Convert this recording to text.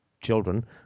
children